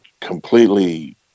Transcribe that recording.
completely